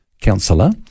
counsellor